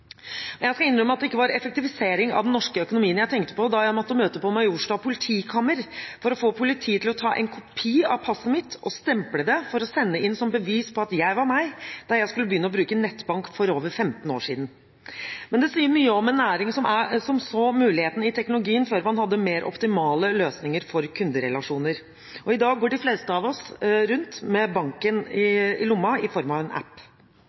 Jeg skal innrømme at det ikke var effektivisering av den norske økonomien jeg tenkte på da jeg måtte møte på Majorstua politistasjon for å få politiet til å ta en kopi av passet mitt og stemple det for å sende det inn som bevis for at jeg var meg, da jeg skulle begynne å bruke nettbank for over 15 år siden, men det sier mye om en næring som så muligheten i teknologien før man hadde mer optimale løsninger for kunderelasjoner. I dag går de fleste av oss rundt med banken i lomma i form av en app.